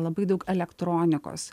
labai daug elektronikos